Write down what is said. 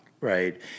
right